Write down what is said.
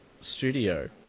studio